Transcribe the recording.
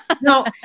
no